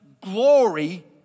glory